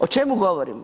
O čemu govorim?